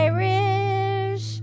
Irish